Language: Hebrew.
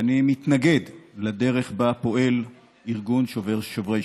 שאני מתנגד לדרך שבה פועל ארגון שוברים שתיקה,